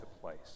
place